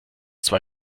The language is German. zwei